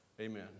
Amen